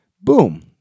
boom